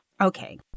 Okay